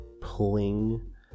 pulling